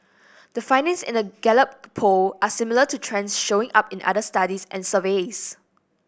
the findings in the Gallup Poll are similar to trends showing up in other studies and surveys